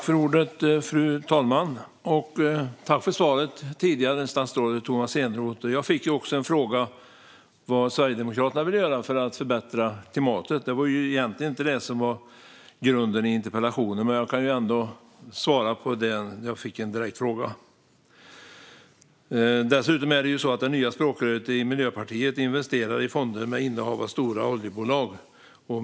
Fru talman! Tack för svaret, statsrådet Tomas Eneroth! Jag fick en fråga om vad Sverigedemokraterna vill göra för att förbättra klimatet. Det var egentligen inte det som var grunden för interpellationen, men jag kan svara ändå när jag nu fick en direkt fråga. Det är dessutom så att det nya språkröret i Miljöpartiet investerar i fonder med innehav i stora oljebolag.